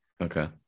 Okay